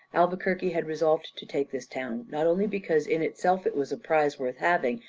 albuquerque had resolved to take this town, not only because in itself it was a prize worth having,